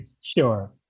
Sure